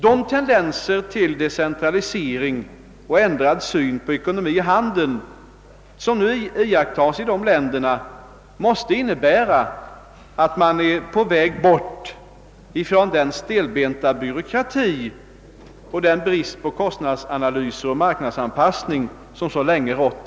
De tendenser till decentralisering och ändrad syn på ekonomi och handel som nu iakttas i dessa länder måste innebära, att man är på väg bort från den stelbenta byråkrati och den brist på kostnadsanalys och marknadsanpassning som så länge rått.